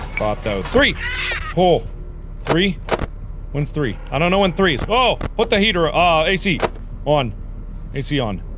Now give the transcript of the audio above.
bought those three whole three ones three i don't know in threes oh what the heater ah ah ac on ac on